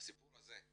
הסיפור הזה,